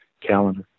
calendar